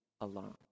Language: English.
alone